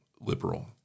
liberal